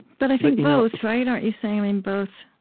but i think both, right aren't you saying, i mean both,